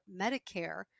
Medicare